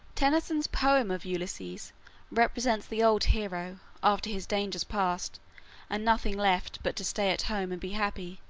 tennyson's poem of ulysses represents the old hero, after his dangers past and nothing left but to stay at home and be happy,